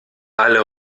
alle